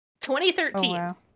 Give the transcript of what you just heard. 2013